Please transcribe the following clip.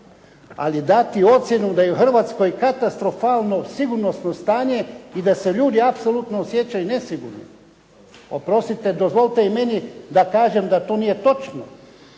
ali dati ocjenu da je u Hrvatskoj katastrofalno sigurnosno stanje i da se ljudi apsolutno osjećaju nesigurno, oprostite, dozvolite i meni da kažem da to nije točno